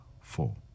four